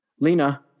Lena